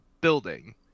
building